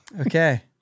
Okay